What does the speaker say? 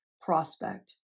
prospect